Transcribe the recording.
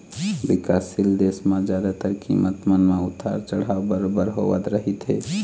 बिकासशील देश म जादातर कीमत मन म उतार चढ़ाव बरोबर होवत रहिथे